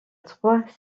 trois